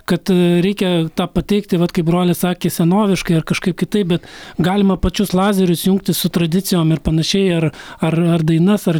kad reikia tą pateikti vat kaip brolis sakė senoviškai ar kažkaip kitaip bet galima pačius lazerius jungti su tradicijom ir panašiai ar ar ar dainas ar